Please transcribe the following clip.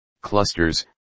clusters